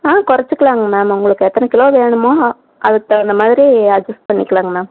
ஆ குறச்சிக்கலாங் மேம் உங்களுக்கு எத்தனை கிலோ வேணுமோ அதுக்கு தகுந்த மாதிரி அட்ஜஸ்ட் பண்ணிக்கலாங்க மேம்